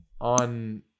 on